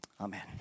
Amen